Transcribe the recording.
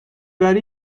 وری